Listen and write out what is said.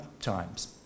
times